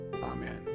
Amen